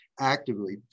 actively